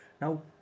Now